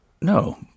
No